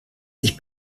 sich